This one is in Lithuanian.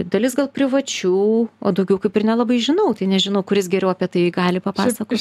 dalis gal privačių o daugiau kaip ir nelabai žinau tai nežinau kuris geriau apie tai gali papasakot